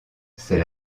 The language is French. c’est